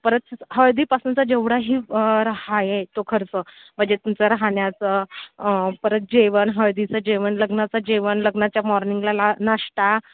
परत हळदीपासूनचा जेवढाही आहे तो खर्च म्हणजे तुमचा राहण्याचा परत जेवण हळदीचं जेवण लग्नाचं जेवण लग्नाच्या मॉर्निंगला ला नाश्ता